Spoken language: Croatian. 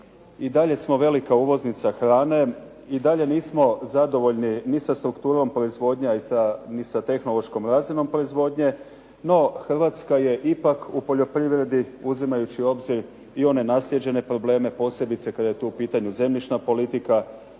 i dalje smo velika uvoznica hrane. I dalje nismo zadovoljni ni sa strukturom proizvodnje ni sa tehnološkom razinom proizvodnje, no Hrvatska je ipak u poljoprivredi uzimajući u obzir i one naslijeđene probleme posebice kad je tu u pitanju zemljišna politika,